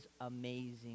amazing